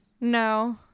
No